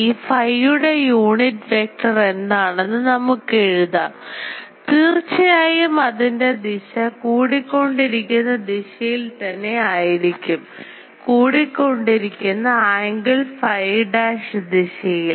ഈ ഫൈയുടെ unit vector എന്താണെന്ന് നമുക്ക് എഴുതാം തീർച്ചയായും അതിൻറെ ദിശ കൂടിക്കൊണ്ടിരിക്കുന്ന ദിശയിൽ തന്നെ ആയിരിക്കും കൂടിക്കൊണ്ടിരിക്കുന്ന angle phi dash ദിശയിൽ